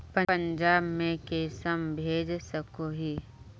पंजाब में कुंसम भेज सकोही?